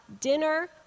dinner